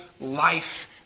life